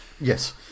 Yes